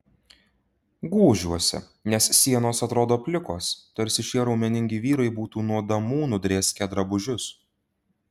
gūžiuosi nes sienos atrodo plikos tarsi šie raumeningi vyrai būtų nuo damų nudrėskę drabužius